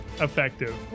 effective